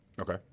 Okay